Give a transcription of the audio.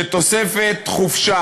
שתוספת חופשה,